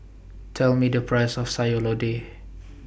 Tell Me The Price of Sayur Lodeh